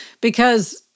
because-